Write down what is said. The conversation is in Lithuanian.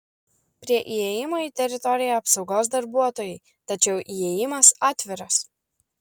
prie įėjimo į teritoriją apsaugos darbuotojai tačiau įėjimas atviras